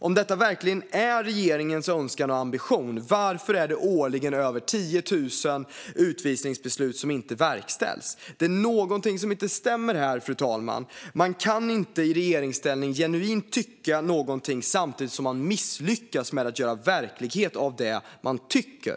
Om detta verkligen är regeringens önskan och ambition, varför är det då årligen över 10 000 utvisningsbeslut som inte verkställs? Det är någonting som inte stämmer här, fru talman. Man kan inte i regeringsställning genuint tycka någonting samtidigt som man misslyckas med att göra verklighet av det man tycker.